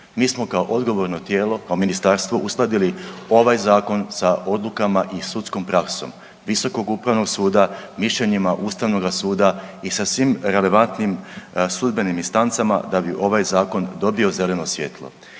Mi smo kao odgovorno tijelo, kao ministarstvo, uskladili ovaj zakon sa odlukama i sudskom praksom Visokog upravnog suda, mišljenjima Ustavnog suda i sa svim relevantnim sudbenim distancama da bi ovaj zakon dobio zeleno svjetlo.